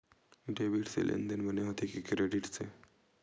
Debit से लेनदेन बने होथे कि क्रेडिट से?